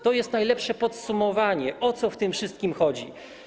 To jest najlepsze podsumowanie, o co w tym wszystkim chodzi.